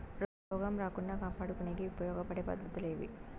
రోగం రాకుండా కాపాడుకునేకి ఉపయోగపడే పద్ధతులు ఏవి?